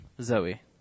Zoe